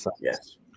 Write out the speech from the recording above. Yes